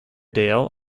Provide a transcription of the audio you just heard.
dale